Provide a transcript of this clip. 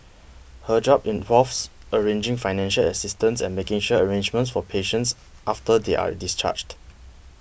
her job involves arranging financial assistance and making share arrangements for patients after they are discharged